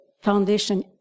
foundation